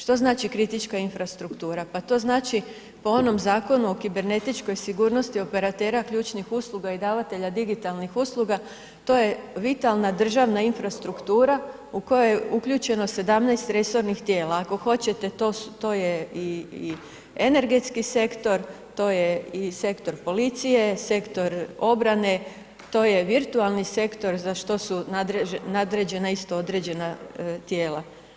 Što znači kritička infrastruktura, pa to znači po onom Zakonu o kibernetičkoj sigurnosti operatera ključnih usluga i davatelja digitalnih usluga to je vitalna državna infrastruktura u kojoj je uključeno 17 resornih tijela, ako hoćete to je i energetski sektor, to je i sektor policije, sektor obrane, to je virtualni sektor za što su nadređena isto određena tijela.